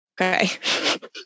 Okay